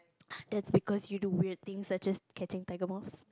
that's because you do weird things such as catching tiger moths